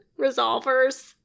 resolvers